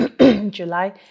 July